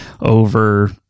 over